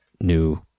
new